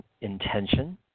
intention